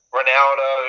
Ronaldo